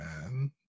man